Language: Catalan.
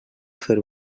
fer